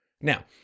Now